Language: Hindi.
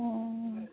हाँ